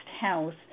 house